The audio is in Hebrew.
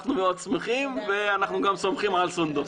אנחנו מאוד שמחים ואנחנו סומכים על סונדוס.